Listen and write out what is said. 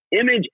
image